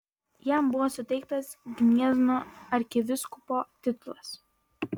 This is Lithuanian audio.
jam buvo suteiktas gniezno arkivyskupo titulas